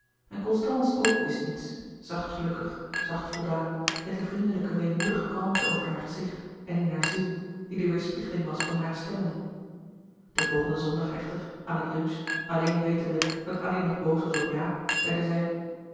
en constance ook wist niets zacht gelukkig zacht voldaan met die vriendelijke weemoedige kalmte over haar gezicht en in haar ziel die de weêrspiegeling was van hare stemmingen den volgenden zondag echter aan het lunch alleen wetende dat addy nog boos was op jaap zeide zij